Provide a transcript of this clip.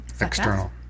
external